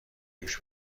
دوش